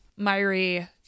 Myri